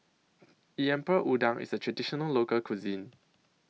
Lemper Udang IS A Traditional Local Cuisine